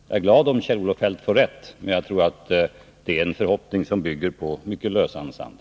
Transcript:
Jag är glad om Kjell-Olof Feldt får rätt, men jag tror att hans förhoppning är byggd på mycket lösan sand.